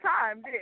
time